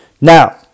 Now